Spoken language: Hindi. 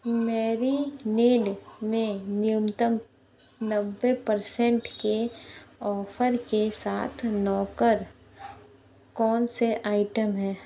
मैरीनेड में न्यूनतम नब्बे परसेंट के ऑफ़र के साथ नॉकर कौनसे आइटम हैं